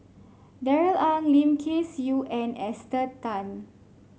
Darrell Ang Lim Kay Siu and Esther Tan